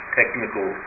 technical